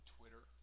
Twitter